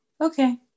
okay